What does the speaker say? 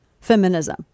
feminism